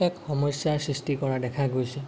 এক সমস্য়াৰ সৃষ্টি কৰা দেখা গৈছে